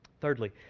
Thirdly